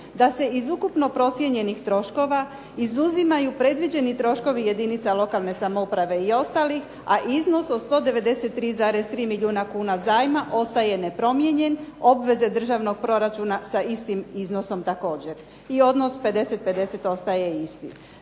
da se iz ukupno procijenjenih troškova izuzimaju predviđeni troškovi jedinica lokalne samouprave i ostalih, a iznos od 193,3 milijuna kuna zajma ostane nepromijenjen, obveze državnog proračuna sa istim iznosom također, i odnos 50:50 ostaje isti.